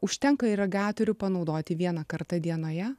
užtenka irigatorių panaudoti vieną kartą dienoje